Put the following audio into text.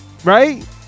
Right